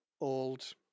old